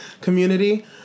community